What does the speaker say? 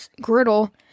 griddle